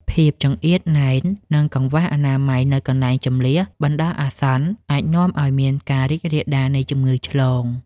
ភាពចង្អៀតណែន និងកង្វះអនាម័យនៅកន្លែងជម្លៀសបណ្តោះអាសន្នអាចនាំឱ្យមានការរីករាលដាលនៃជំងឺឆ្លង។